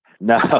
No